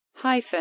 Hyphen